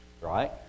right